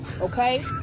Okay